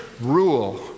Rule